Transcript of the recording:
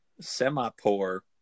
semi-poor